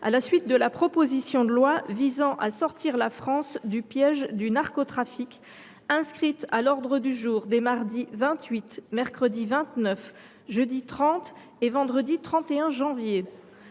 à la suite de la proposition de loi visant à sortir la France du piège du narcotrafic, inscrite à l’ordre du jour des mardi 28, mercredi 29, jeudi 30 et vendredi 31 janvier.